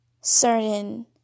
certain